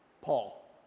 Paul